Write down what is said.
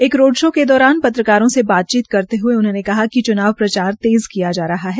एक road show के दौरान पत्रकारों से बातचीत करते हये उन्होंने कहा कि च्नाव प्रचार तेज़ किया जा रहा है